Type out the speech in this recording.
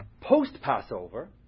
Post-Passover